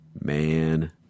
Man